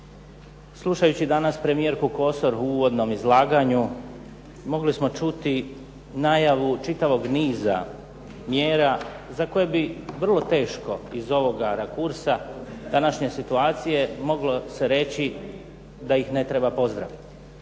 Slušajući danas premijerku Kosor u uvodnom izlaganju mogli smo čuti najavu čitavog niza mjera za koje bi vrlo teško iz ovoga rakursa današnje situacije moglo se reći da ih ne treba pozdraviti.